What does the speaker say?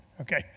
Okay